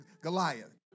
Goliath